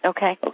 Okay